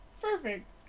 Perfect